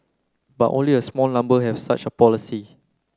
but only a small number have such a policy